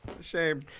shame